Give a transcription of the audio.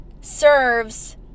serves